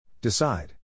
Decide